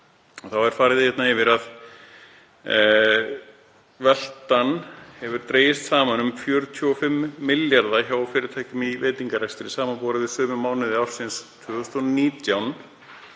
þá er hér farið yfir að veltan hafi dregist saman um 45 milljarða hjá fyrirtækjum í veitingarekstri samanborið við sömu mánuði ársins 2019.